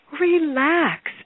relax